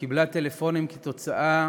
קיבלה טלפונים כתוצאה